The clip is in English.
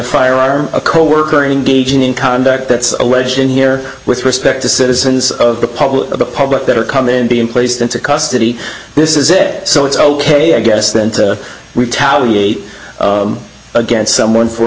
firearm a coworker or engaging in conduct that's alleged in here with respect to citizens of the public of the public that are coming and being placed into custody this is it so it's ok i guess then to retaliate against someone for